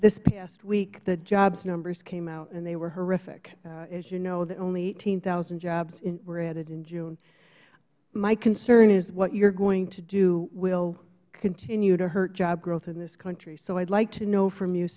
this past week the jobs numbers came out and they were horrific as you know only eighteen thousand jobs were added in june my concern is what you are going to do will continue to hurt job growth in this country so i would like to know from you